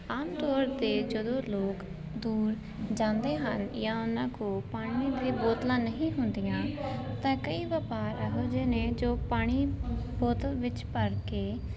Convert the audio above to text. ਆਮ ਤੌਰ 'ਤੇ ਜਦੋਂ ਲੋਕ ਦੂਰ ਜਾਂਦੇ ਹਨ ਜਾਂ ਉਹਨਾਂ ਕੋਲ ਪਾਣੀ ਦੀ ਬੋਤਲਾਂ ਨਹੀਂ ਹੁੰਦੀਆਂ ਤਾਂ ਕਈ ਵਪਾਰ ਇਹੋ ਜਿਹੇ ਨੇ ਜੋ ਪਾਣੀ ਬੋਤਲ ਵਿੱਚ ਭਰ ਕੇ